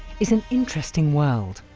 is an interesting world.